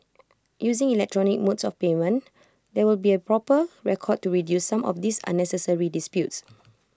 using electronic modes of payment there will be A proper record to reduce some of these unnecessary disputes